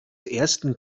ersten